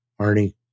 Arnie